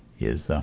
is